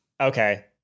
Okay